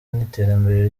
n’iterambere